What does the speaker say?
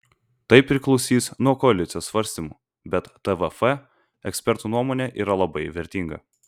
tai priklausys nuo koalicijos svarstymų bet tvf ekspertų nuomonė yra labai vertinga